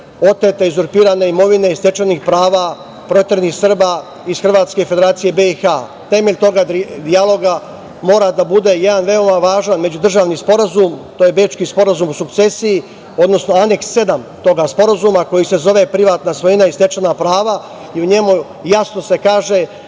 otete i uzurpirane imovine i stečenih prava proteranih Srba iz Hrvatske i Federacije BiH? Temelj tog dijaloga mora da bude jedan veoma važan međudržavni sporazum, Bečki sporazum o sukcesiji, odnosno Aneks Sedam toga sporazuma koji se zove Privatna svojina i stečena prava i u njemu se jasno kaže